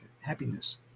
happiness